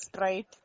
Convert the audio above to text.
right